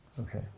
Okay